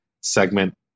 segment